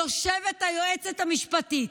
יושבת היועצת המשפטית